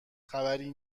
خبری